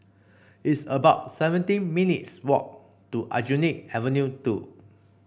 it's about seventeen minutes' walk to Aljunied Avenue Two